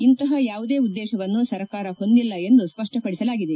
ಇಂತಪ ಯಾವುದೇ ಉದ್ದೇಶವನ್ನು ಸರ್ಕಾರ ಹೊಂದಿಲ್ಲ ಎಂದು ಸ್ವಷ್ಷಪಡಿಸಲಾಗಿದೆ